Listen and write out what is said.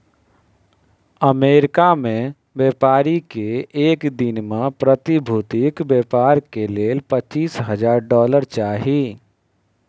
America में व्यापारी के एक दिन में प्रतिभूतिक व्यापार के लेल पचीस हजार डॉलर चाही